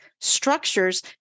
structures